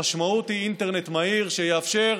המשמעות היא אינטרנט מהיר שיאפשר,